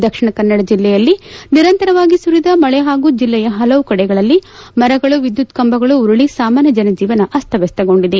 ದಕ್ಷಿಣ ಕನ್ನಡ ಜಿಲ್ಲೆಯಲ್ಲಿ ನಿರಂತರವಾಗಿ ಸುರಿದ ಮಳೆ ಹಾಗು ಜಿಲ್ಲೆಯ ಹಲವು ಕಡೆಗಳಲ್ಲಿ ಮರಗಳು ವಿದ್ಯುತ್ ಕಂಬಗಳು ಉರುಳಿ ಸಾಮಾನ್ಯ ಜನಜೀವನ ಅಸ್ತವ್ಯಸ್ತಗೊಂಡಿದೆ